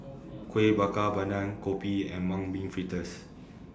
Kuih Bakar Pandan Kopi and Mung Bean Fritters